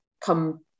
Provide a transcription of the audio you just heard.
come